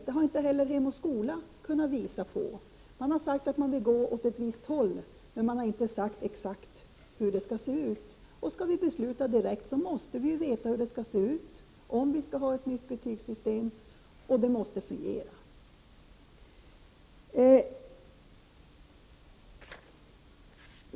Det har inte heller Hem och Skola kunnat visa på. Man har sagt att man vill gå åt ett visst håll, men man har inte sagt exakt hur det skall se ut. Skall vi besluta detta, så måste vi veta hur det skall se ut om vi skall ha ett nytt betygssystem, och det måste fungera.